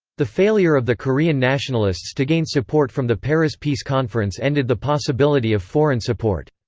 the failure of the korean nationalists to gain support from the paris peace conference ended the possibility of foreign support.